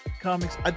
comics